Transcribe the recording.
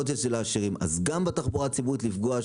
אז גם בתחבורה הציבורית לפגוע,